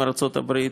עם ארצות הברית,